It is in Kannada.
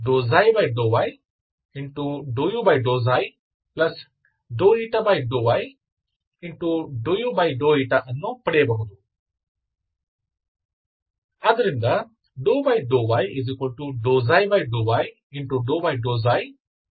ಅದೇ ರೀತಿಯಲ್ಲಿ ನೀವು ಕೂಡ ∂u∂y∂y∂u ∂y∂u ಅನ್ನು ಪಡೆಯಬಹುದು